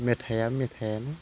मेथाइआ मेथाइयानो